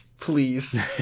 Please